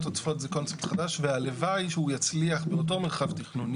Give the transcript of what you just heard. עודפות זה קונספט חדש והלוואי שהוא יצליח באותו מרחב תכנון.